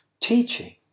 Teaching